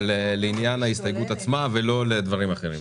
אבל לעניין ההסתייגות עצמה ולא לדברים אחרים.